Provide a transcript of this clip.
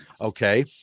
okay